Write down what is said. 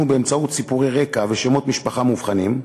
באמצעות סיפורי רקע ושמות משפחה מובחנים,